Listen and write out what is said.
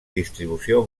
distribució